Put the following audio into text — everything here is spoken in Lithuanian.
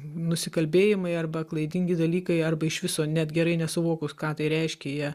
nusikalbėjimai arba klaidingi dalykai arba iš viso net gerai nesuvokus ką tai reiškia jie